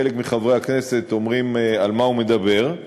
חלק מחברי הכנסת אומרים: על מה הוא מדבר?